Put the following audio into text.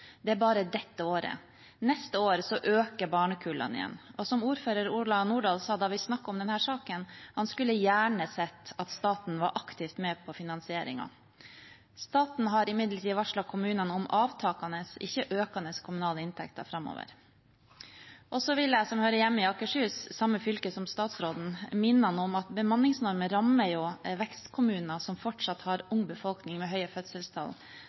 det er bare dette året. Neste år øker barnekullene igjen. Som ordfører Ola Nordal sa da vi snakket om denne saken – han skulle gjerne sett at staten var aktivt med i finansieringen. Staten har imidlertid varslet kommunene om avtakende, ikke økende, kommunale inntekter framover. Så vil jeg, som hører hjemme i Akershus, samme fylke som statsråden, minne ham om at bemanningsnormen rammer vekstkommuner som fortsatt har en ung befolkning, store fødselstall